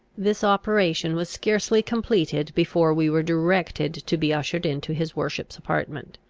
this operation was scarcely completed, before we were directed to be ushered into his worship's apartment.